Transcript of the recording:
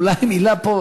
אולי מילה פה,